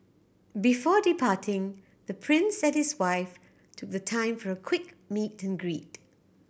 before departing the Prince satisfy took the time for a quick meet and greet